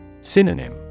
Synonym